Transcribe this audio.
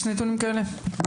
יש נתונים כאלה?